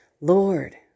Lord